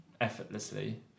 effortlessly